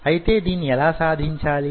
అయితే దీన్ని ఎలా సాధించాలి